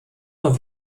nur